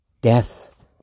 death